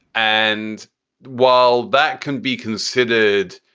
and while that can be considered,